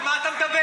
על מה אתה מדבר?